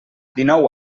dinou